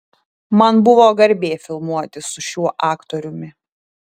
man buvo garbė filmuotis su šiuo aktoriumi